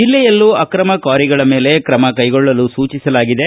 ಜಿಲ್ಲೆಯಲ್ಲೂ ಆಕ್ರಮ ಕ್ವಾರಿಗಳ ಮೇಲೆ ತ್ರಮ ಕೈಗೊಳ್ಳಲು ಸೂಚಸಲಾಗಿದೆ